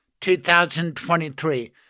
2023